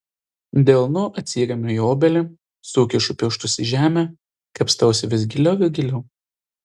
delnu atsiremiu į obelį sukišu pirštus į žemę kapstausi vis giliau ir giliau